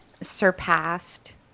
surpassed